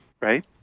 right